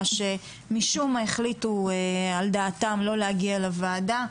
שמשום מה החליטו על דעתם לא להגיע לוועדה,